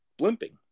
blimping